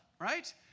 right